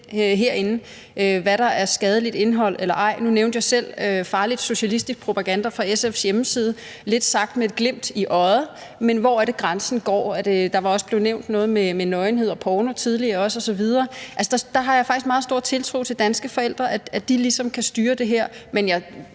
herinde, hvad der er skadeligt indhold eller ej? Nu nævnte jeg selv farlig socialistisk propaganda fra SF's hjemmeside – lidt sagt med et glimt i øjet – men hvor er det, grænsen går? Der blev også nævnt noget med nøgenhed, porno osv. tidligere. Altså, der har jeg faktisk meget stor tiltro til danske forældre og til, at de ligesom kan styre det her, men jeg